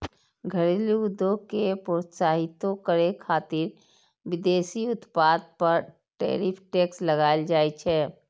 घरेलू उद्योग कें प्रोत्साहितो करै खातिर विदेशी उत्पाद पर टैरिफ टैक्स लगाएल जाइ छै